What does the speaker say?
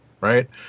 right